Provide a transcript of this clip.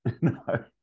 No